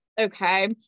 Okay